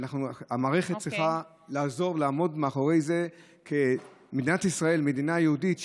המערכת צריכה לעזור ולעמוד מאחורי זה שמדינת ישראל היא מדינה יהודית,